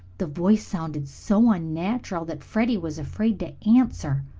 the voice sounded so unnatural that freddie was afraid to answer.